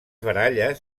baralles